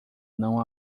não